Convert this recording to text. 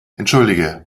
entschuldige